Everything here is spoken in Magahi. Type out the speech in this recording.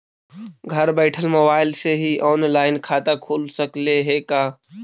घर बैठल मोबाईल से ही औनलाइन खाता खुल सकले हे का?